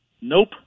Nope